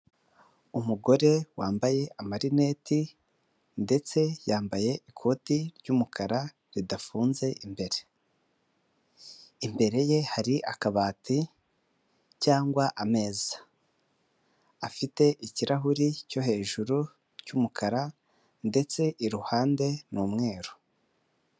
Umugore wambaye amarineti ndetse yambaye ikoti ry'umukara ridafunze imbere. Imbere ye hari akabati cyangwa ameza afite ikirahuri cyo hejuru cy'umukara ndetse iruhande n'umweru.